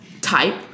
type